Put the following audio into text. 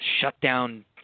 shutdown